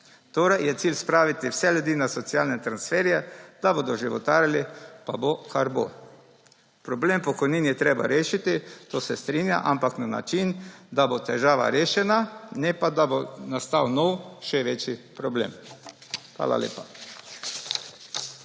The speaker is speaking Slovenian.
Torej je cilj spraviti vse ljudi na socialne transferje, da bodo životarili, pa bo, kar bo. Problem pokojnin je treba rešiti, s tem se strinjam, ampak na način, da bo težava rešena, ne pa, da bo nastal nov, še večji problem. Hvala lepa.